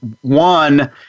One